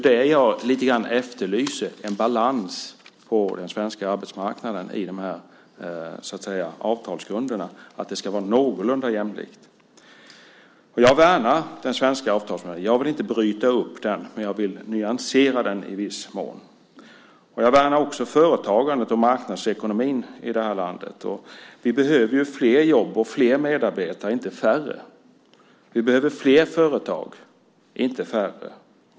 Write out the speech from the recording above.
Det jag lite grann efterlyser är en balans på den svenska arbetsmarknaden så att det blir någorlunda jämlikt i de här avtalsgrunderna. Jag värnar den svenska avtalsmodellen. Jag vill inte bryta upp den, men jag vill nyansera den i viss mån. Jag värnar också företagandet och marknadsekonomin i det här landet. Vi behöver flera jobb och flera medarbetare, inte färre. Vi behöver flera företag, inte färre.